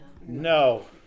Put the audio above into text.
No